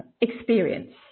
experience